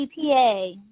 DPA